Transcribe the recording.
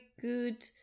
good